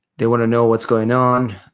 they want to know what's going on.